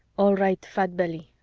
all right, fat belly.